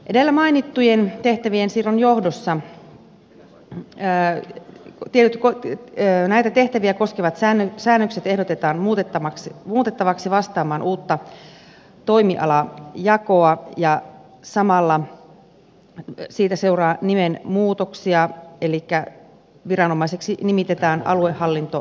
edellä mainittujen tehtävien siirron johdosta näitä tehtäviä koskevat säännökset ehdotetaan muutettavaksi vastaamaan uutta toimialajakoa ja samalla siitä seuraa nimenmuutoksia elikkä viranomaiseksi nimitetään aluehallintovirasto